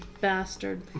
bastard